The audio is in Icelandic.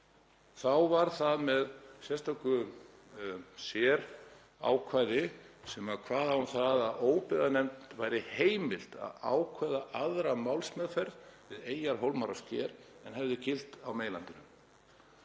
þá var það með sérstöku sérákvæði sem kvað á um að óbyggðanefnd væri heimilt að ákveða aðra málsmeðferð við eyjar, hólma og sker en hefði gilt á meginlandinu.